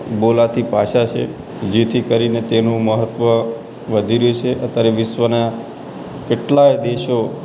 બોલાતી ભાષા છે જેથી કરીને તેનું મહત્ત્વ વધી રહ્યું છે અત્યારે વિશ્વના